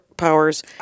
powers